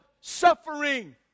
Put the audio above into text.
suffering